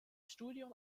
studium